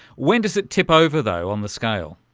when does it tip over though on the scale?